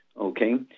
okay